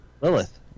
Lilith